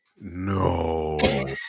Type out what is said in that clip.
No